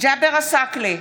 ג'אבר עסאקלה,